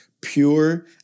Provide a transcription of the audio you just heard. pure